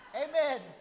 Amen